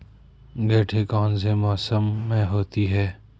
गेंठी कौन से मौसम में होती है?